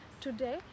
Today